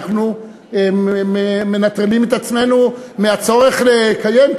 אנחנו מנטרלים את עצמנו מהצורך לקיים,